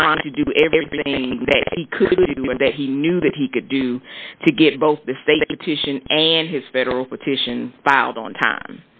trying to do everything that he knew that he could do to get both the state and his federal petition filed on time